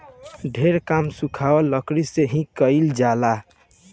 ढेर काम सुखावल लकड़ी से ही कईल जाला